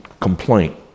Complaint